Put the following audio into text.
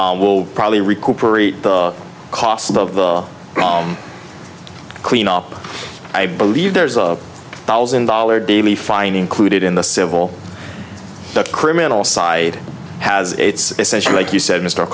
will probably recuperate the cost of the home clean up i believe there's a thousand dollar daily fine included in the civil not criminal side has it's essentially like you said mr